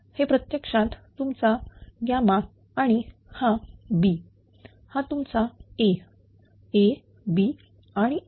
हे प्रत्यक्षात तुमचा यामा आणि हा B हा तुमचा A AB आणि I